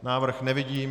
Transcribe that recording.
Návrh nevidím.